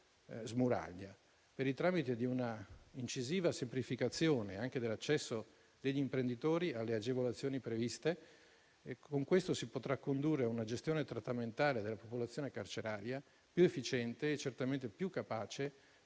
per il tramite di una incisiva semplificazione anche dell'accesso degli imprenditori alle agevolazioni previste. Con questo si potrà condurre una gestione trattamentale della popolazione carceraria più efficiente e certamente più capace di raggiungere i